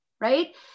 right